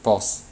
pause